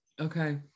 okay